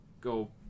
go